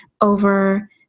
over